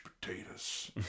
potatoes